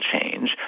change